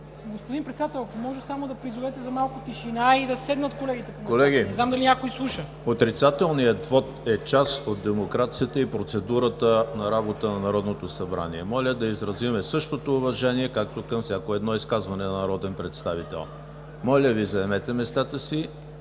Господин Председател, ако може да призовете за малко тишина, и колегите да седнат. Не знам дали някой слуша. ПРЕДСЕДАТЕЛ ЕМИЛ ХРИСТОВ: Колеги, отрицателният вот е част от демокрацията и процедурата на работа на Народното събрание. Моля да изразим същото уважение, както към всяко едно изказване на народен представител. Моля Ви, заемете местата си